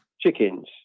chickens